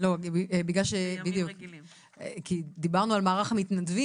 --- כי דיברנו על מערך המתנדבים